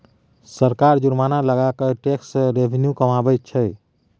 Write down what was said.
सरकार जुर्माना लगा कय टैक्स सँ रेवेन्यू कमाबैत छै